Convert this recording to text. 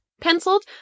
Penciled